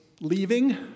leaving